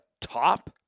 top